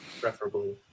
preferably